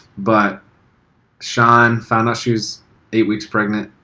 but shawn found out she was eight weeks pregnant,